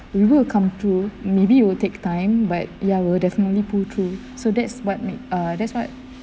we will come through maybe it will take time but ya we'll definitely pull through so that's what make uh that's what